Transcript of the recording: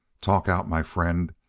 talk out, my friend.